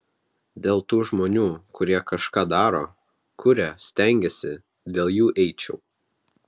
dėl tų žmonių kurie kažką daro kuria stengiasi dėl jų eičiau